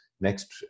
next